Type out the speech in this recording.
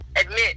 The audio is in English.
admit